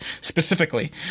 specifically